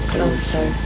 Closer